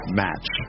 match